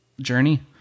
Journey